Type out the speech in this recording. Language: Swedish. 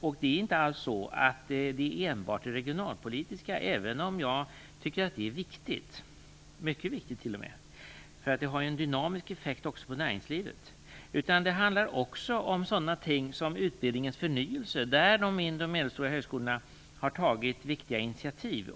Även om jag tycker att det är mycket viktigt med de regionalpolitiska skäl - de har ju även en dynamisk effekt på näringslivet - handlar det också om sådana ting som utbildningens förnyelse där de mindre och medelstora högskolorna har tagit värdefulla initiativ.